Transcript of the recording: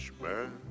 man